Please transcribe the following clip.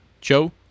Joe